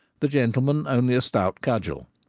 the gentleman only a stout cudgel.